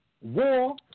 War